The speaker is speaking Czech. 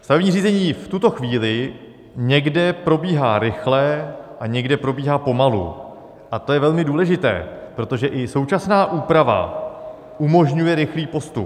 Stavební řízení v tuto chvíli někde probíhá rychle a někde probíhá pomalu, a to je velmi důležité, protože i současná úprava umožňuje rychlý postup.